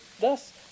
thus